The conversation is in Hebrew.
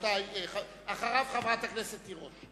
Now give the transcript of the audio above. אחריו, חברת הכנסת תירוש.